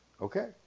Okay